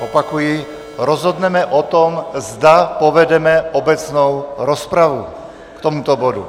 Opakuji, rozhodneme o tom, zda povedeme obecnou rozpravu k tomuto bodu.